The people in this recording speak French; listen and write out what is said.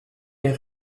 les